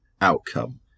outcome